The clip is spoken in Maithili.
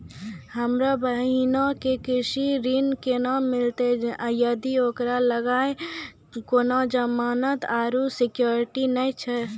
हमरो बहिनो के कृषि ऋण केना मिलतै जदि ओकरा लगां कोनो जमानत आरु सिक्योरिटी नै छै?